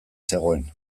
zegoen